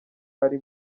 ari